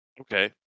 Okay